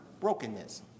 brokenness